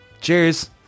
Cheers